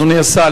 אדוני השר,